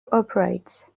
operates